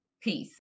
Peace